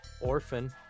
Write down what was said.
orphan